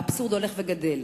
והאבסורד הולך וגדל.